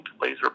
laser